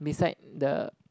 beside the